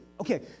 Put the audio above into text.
Okay